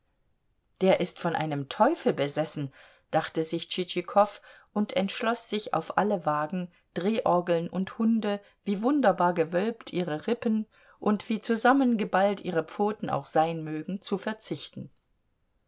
der ist von einem teufel besessen dachte sich tschitschikow und entschloß sich auf alle wagen drehorgeln und hunde wie wunderbar gewölbt ihre rippen und wie zusammengeballt ihre pfoten auch sein mögen zu verzichten